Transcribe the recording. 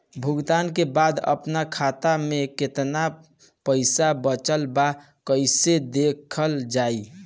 भुगतान के बाद आपन खाता में केतना पैसा बचल ब कइसे देखल जाइ?